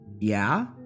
-"Yeah